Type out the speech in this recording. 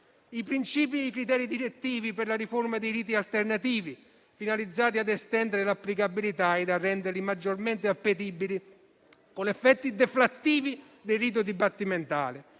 principi e criteri direttivi per la riforma dei riti alternativi, finalizzati ad estenderne l'applicabilità e a renderli maggiormente appetibili, con effetti deflattivi del rito dibattimentale.